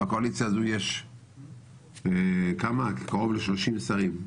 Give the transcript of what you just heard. לקואליציה הזו יש קרוב ל-30 שרים,